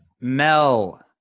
Mel